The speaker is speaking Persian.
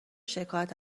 شکایت